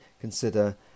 consider